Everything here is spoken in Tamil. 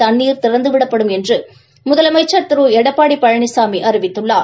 தண்ணீர் திறந்துவிடப்படும் என்று முதலமைச்சர் திரு எடப்பாடி பழனிசாமி அறிவித்துள்ளார்